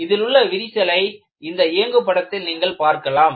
இதிலுள்ள விரிசலை இந்த இயங்கு படத்தில் நீங்கள் பார்க்கலாம்